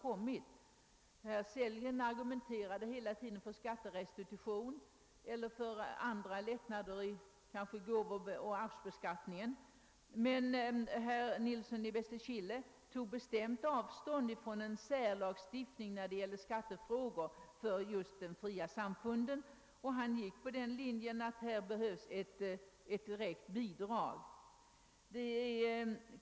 Herr Sellgren argumenterade hela tiden för skatterestitution eller andra lättnader beträffande gåvooch arvsbeskattningen, medan herr Nilsson i Bästekille tog bestämt avstånd från en särlagstiftning i skattefrågor för de fria samfunden och gick på den linjen att vad som behövs är ett direkt bidrag.